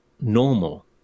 normal